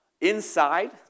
Inside